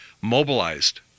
mobilized